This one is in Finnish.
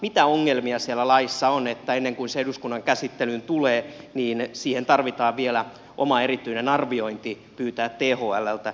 mitä ongelmia siellä laissa on niin että ennen kuin se eduskunnan käsittelyyn tulee siihen täytyy vielä oma erityinen arviointi pyytää thlltä